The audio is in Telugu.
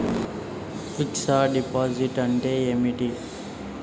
ఫిక్స్ డ్ డిపాజిట్ అంటే ఏమిటి?